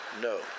no